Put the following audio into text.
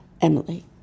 Emily